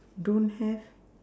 don't have